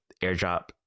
airdrop